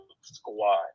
squad